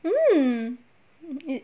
mm